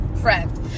friend